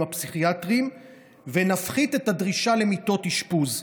הפסיכיאטריים ונפחית את הדרישה למיטות אשפוז.